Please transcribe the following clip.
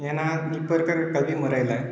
ஏன்னா இப்போ இருக்கிற கல்வி முறையில்